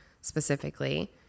specifically